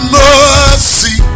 mercy